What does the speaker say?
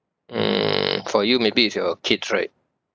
mm for you maybe is your kids right